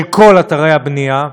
של כל אתרי הבנייה,